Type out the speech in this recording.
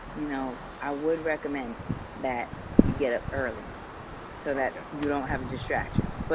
you know, i would recommend that you get up early so that you don't have distractions. but